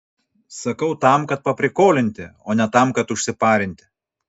sakau tam kad paprikolinti o ne tam kad užsiparinti